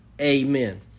amen